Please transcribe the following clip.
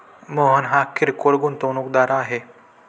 मोहन हा किरकोळ गुंतवणूकदार आहे